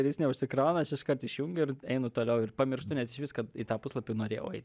ir jis neužsikrauna aš iškart išjungiu ir einu toliau ir pamirštu net išvis kad į tą puslapį norėjau eit